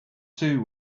two